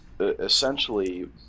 essentially